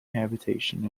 habitation